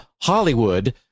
Hollywood